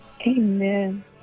Amen